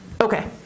okay